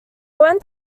went